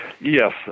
Yes